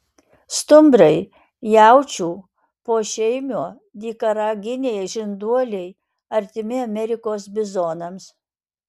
stumbrai jaučių pošeimio dykaraginiai žinduoliai artimi amerikos bizonams